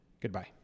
Goodbye